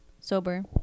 sober